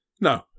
No